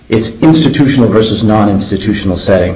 it's institutional versus non institutional setting